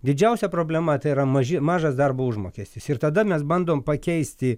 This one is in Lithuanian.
didžiausia problema tai yra maži mažas darbo užmokestis ir tada mes bandom pakeisti